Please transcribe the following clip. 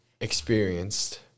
experienced